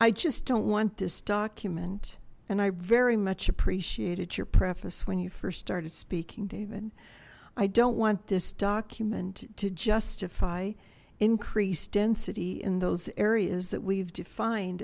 i just don't want this document and i very much appreciated your preface when you first started speaking david i don't want this document to justify increased density in those areas that we've defined